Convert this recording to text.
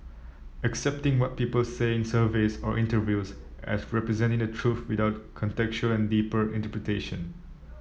accepting what people say in surveys or interviews as representing the truth without contextual and deeper interpretation